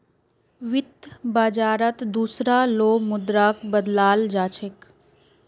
वित्त बाजारत दुसरा लो मुद्राक बदलाल जा छेक